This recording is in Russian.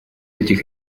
этих